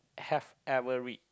have ever read